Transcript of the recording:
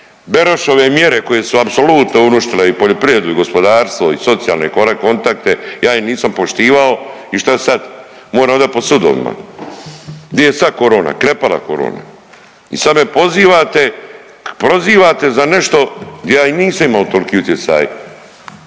Berošove mjere koje su apsolutno uništile i poljoprivredu i gospodarstvo i socijalne kontakte, ja ih nisam poštivao i šta sad, moram odat po sudovima, di je sad korona, krepala korona i sad me pozivate, prozivate za nešto gdje ja i nisam imao toliki utjecaj